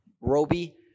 Roby